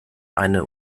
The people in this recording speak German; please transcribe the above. eine